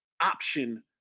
option